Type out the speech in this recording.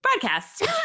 Broadcast